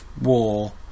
War